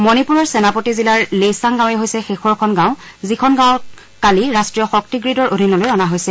মণিপুৰৰ সেনাপতি জিলাৰ লেইচাং গাঁৱেই হৈছে শেষৰখন গাঁও যত কালি ৰাষ্ট্ৰীয় শক্তি গ্ৰীডৰ অধীনলৈ অনা হৈছে